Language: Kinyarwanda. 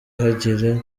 hagira